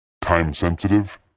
Time-sensitive